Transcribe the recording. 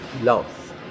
love